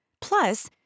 Plus